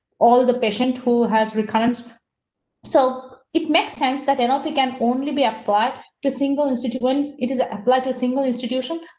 all the patient who has recurrence so it makes sense that and we can only be applied to single in situation. it is applied to a single institution.